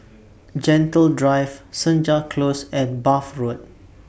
Gentle Drive Senja Close and Bath Road